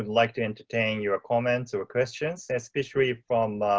and like to entertain your comments or questions, especially from